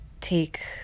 take